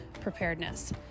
preparedness